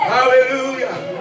Hallelujah